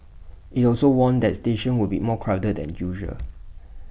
IT also warned that stations would be more crowded than usual